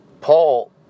Paul